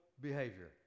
behavior